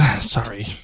Sorry